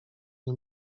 nie